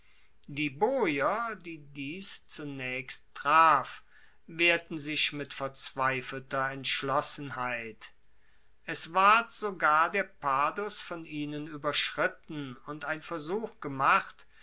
die boier die dies zunaechst traf wehrten sich mit verzweifelter entschlossenheit es ward sogar der padus von ihnen ueberschritten und ein versuch gemacht